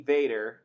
Vader